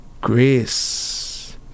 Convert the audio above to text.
grace